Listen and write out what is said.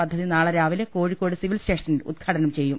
പദ്ധതി നാളെ രാവിലെ കോഴിക്കോട് സിവിൽ സ്റ്റേഷനിൽ ഉദ്ഘാടനം ചെയ്യും